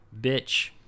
bitch